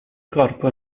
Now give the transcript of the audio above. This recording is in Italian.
corpo